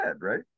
right